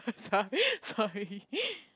so~ sorry